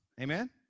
Amen